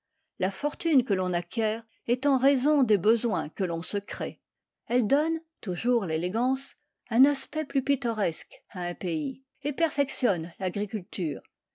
la fortune que l'on acquiert est en raison des besoins que l'on se crée elle donne toujours l'élégance un aspect plus pittoresque à un pays et perfectionne l'agriculture